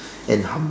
and hum